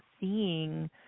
seeing